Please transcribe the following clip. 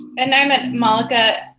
and i am at malaka,